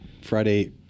Friday